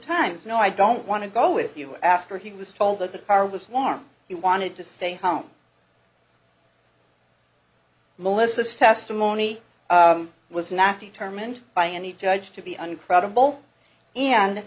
times no i don't want to go with you after he was told that the car was warm he wanted to stay home melissa's testimony was not determined by any judge to be uncredible and